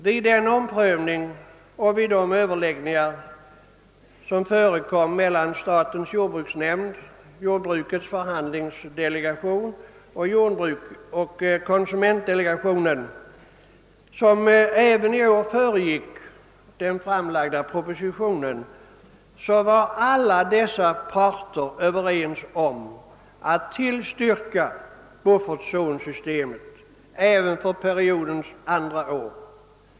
Vid den omprövning och de överläggningar mellan statens jordbruksnämnd, jordbrukets förhandlingsdelegation och konsumentdelegationen, vilka även i år föregick den framlagda propositionen, var alla dessa parter överens om att tillstyrka buffertzonsystemet även för periodens andra år.